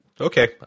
Okay